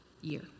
year